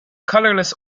colorless